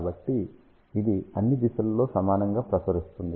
కాబట్టి ఇది అన్ని దిశలలో సమానంగా ప్రసరిస్తుంది